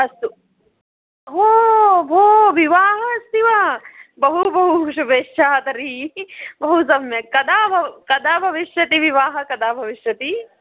अस्तु हो भो विवाहः अस्ति वा बहु बहु शुभेच्छा तर्हि बहु सम्यक् कदा भवति कदा भविष्यति विवाहः कदा भविष्यति